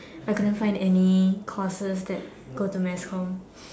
I couldn't find any courses that go to mass com